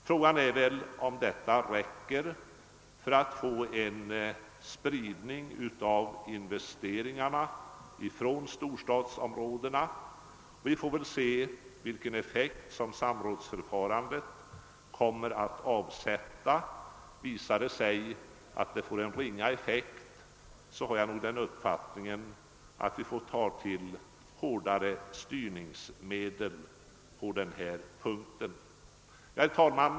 Frågan är väl om detta räcker för att få en spridning av investeringarna från storstadsområdena. Vi får väl se vilken effekt samrådsförfarandet kommer att ha. Visar det sig att det blir en ringa effekt har jag den uppfattningen, att vi får ta till hårdare styrningsmedel på denna punkt. Herr talman!